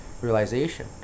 realization